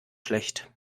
schlecht